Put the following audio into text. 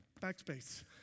Backspace